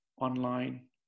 online